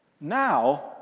Now